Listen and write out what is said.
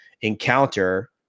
encounter